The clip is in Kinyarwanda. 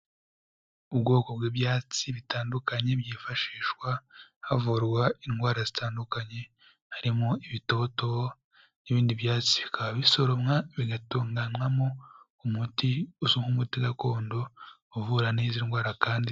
Ubwoko bw'ibyatsi bitandukanye byifashishwa havurwa indwara zitandukanye harimo ibitoto n'ibindi byatsi, bikaba bisoromwa bigatunganywamo umuti uzwi nk'umuti gakondo uvura neza indwara kandi...